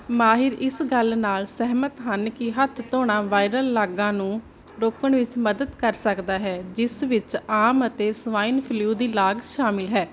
ਮਾਹਿਰ ਇਸ ਗੱਲ ਨਾਲ ਸਹਿਮਤ ਹਨ ਕਿ ਹੱਥ ਧੋਣਾ ਵਾਇਰਲ ਲਾਗਾਂ ਨੂੰ ਰੋਕਣ ਵਿੱਚ ਮਦਦ ਕਰ ਸਕਦਾ ਹੈ ਜਿਸ ਵਿੱਚ ਆਮ ਅਤੇ ਸਵਾਈਨ ਫਲੂ ਦੀ ਲਾਗ ਸ਼ਾਮਿਲ ਹੈ